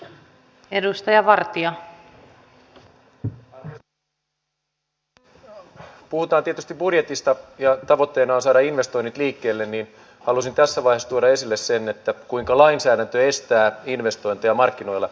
kun puhutaan tietysti budjetista ja tavoitteena on saada investoinnit liikkeelle niin haluaisin tässä vaiheessa tuoda esille sen kuinka lainsäädäntö estää investointeja markkinoilla